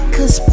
Cause